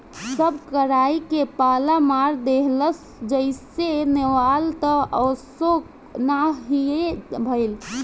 सब कराई के पाला मार देहलस जईसे नेवान त असो ना हीए भईल